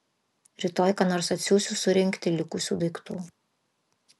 rytoj ką nors atsiųsiu surinkti likusių daiktų